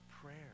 prayer